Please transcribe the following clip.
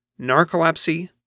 narcolepsy